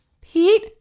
Pete